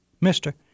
Mister